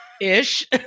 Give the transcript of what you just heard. Ish